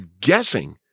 guessing